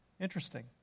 Interesting